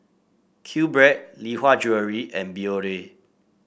Q Bread Lee Hwa Jewellery and Biore